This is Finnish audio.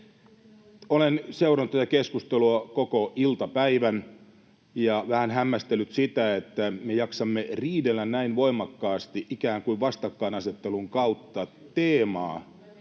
Olen seurannut tätä keskustelua koko iltapäivän ja vähän hämmästellyt sitä, että me jaksamme riidellä näin voimakkaasti ikään kuin vastakkainasettelun kautta teemasta,